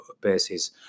basis